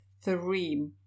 three